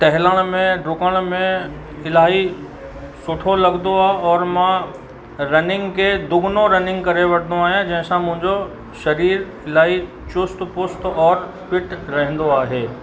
टहलण में डुकण में इलाही सुठो लॻदो आहे औरि मां रनिंग खे दुगनो रनिंग करे वठंदो आहियां जंहिंसां मुंहिंजो शरीरु इलाही चुस्त फुस्त और फिट रहंदो आहे